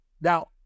Now